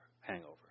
hangover